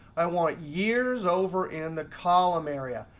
i want it years over in the column area.